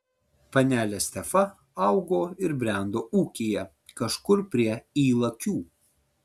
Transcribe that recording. panelė stefa augo ir brendo ūkyje kažkur prie ylakių